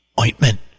ointment